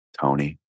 Tony